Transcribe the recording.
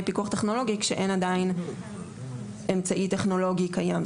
פיקוח טכנולוגי כשעדיין אין אמצעי טכנולוגי קיים.